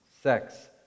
sex